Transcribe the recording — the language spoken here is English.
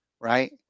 right